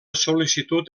sol·licitud